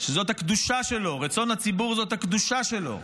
שזאת הקדושה שלו, רצון הציבור זאת הקדושה שלו,